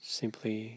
simply